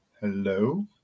hello